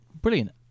Brilliant